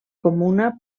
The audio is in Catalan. comuna